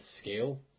scale